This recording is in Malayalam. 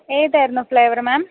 ഏതായിരുന്നു ഫ്ലേവർ മാം